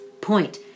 point